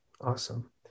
Awesome